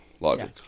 logic